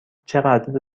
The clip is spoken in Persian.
چقدر